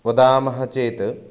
वदामः चेत्